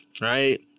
right